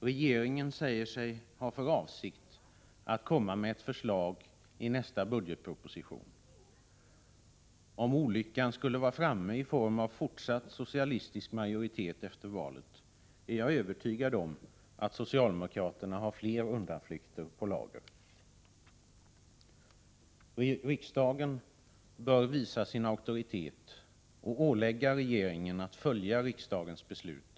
Regeringen säger sig ha för avsikt att komma med ett förslag i nästa budgetproposition. Om olyckan skulle vara framme i form av fortsatt socialistisk majoritet efter valet, är jag övertygad om att socialdemokraterna har fler undanflykter på lager. Riksdagen bör visa sin auktoritet och ålägga regeringen att följa riksdagens beslut.